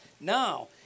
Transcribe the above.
Now